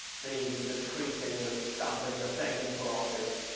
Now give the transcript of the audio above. the the treating, the stomping, the begging for office,